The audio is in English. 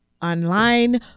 online